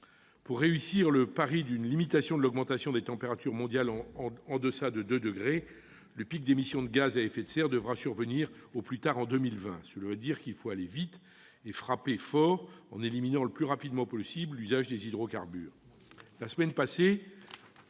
Pour réussir le pari d'une limitation de l'augmentation des températures mondiales en deçà de 2° C, le pic d'émissions de gaz à effet de serre devra survenir, au plus tard, en 2020. Il faut donc aller vite et frapper fort en éliminant le plus rapidement possible l'usage des hydrocarbures.